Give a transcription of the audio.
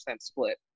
split